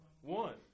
One